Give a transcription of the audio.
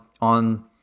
on